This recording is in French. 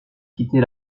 quitter